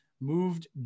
moved